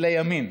לימין.